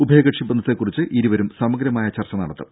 ഉഭയകക്ഷി ബന്ധത്തെക്കുറിച്ച് ഇരുവരും സമഗ്രമായ ചർച്ച നടത്തും